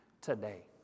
today